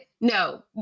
No